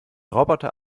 roboter